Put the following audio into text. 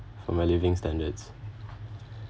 for my living standards